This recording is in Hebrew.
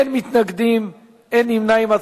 אין מתנגדים, אין נמנעים.